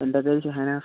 എൻ്റെ പേര് ഷഹനാസ്